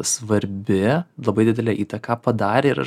svarbi labai didelę įtaką padarė ir aš